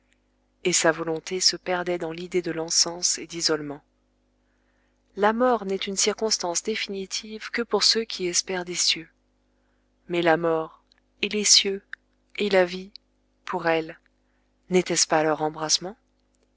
et sa volonté se perdait dans l'idée de l'encens et d'isolement la mort n'est une circonstance définitive que pour ceux qui espèrent des cieux mais la mort et les cieux et la vie pour elle n'était-ce pas leur embrassement